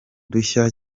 dushya